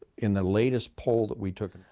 in the latest poll that we took,